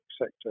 sector